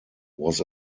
was